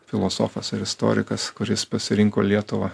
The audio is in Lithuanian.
filosofas ir istorikas kuris pasirinko lietuvą